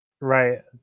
Right